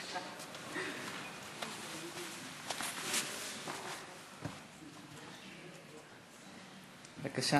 בבקשה.